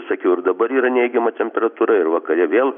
sakiau ir dabar yra neigiama temperatūra ir vakare vėl